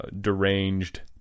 Deranged